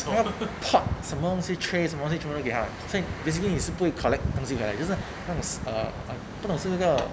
从要 pot 什么东西 trays 什么从容给她 basically 你是不会 collect 东西回来就是那么 si~ uh 不懂是那个